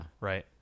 Right